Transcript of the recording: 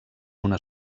una